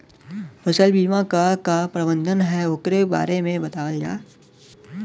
फसल बीमा क का प्रावधान हैं वोकरे बारे में बतावल जा?